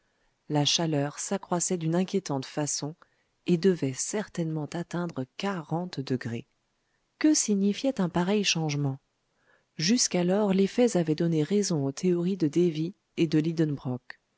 la chaleur s'accroissait d'une inquiétante façon et devait certainement atteindre quarante degrés que signifiait un pareil changement jusqu'alors les faits avaient donné raison aux théories de davy et de